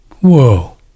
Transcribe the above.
whoa